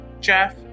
Jeff